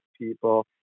people